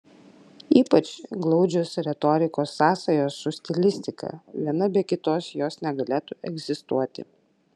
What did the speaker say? ypač glaudžios retorikos sąsajos su stilistika viena be kitos jos negalėtų egzistuoti